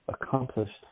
accomplished